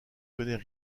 connaît